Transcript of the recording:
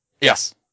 Yes